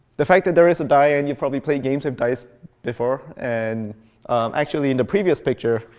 the fact that there is a die and you've probably played games with dice before. and actually, in the previous picture,